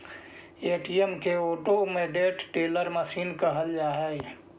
ATM के automated teller machine कहल जा हइ